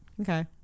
Okay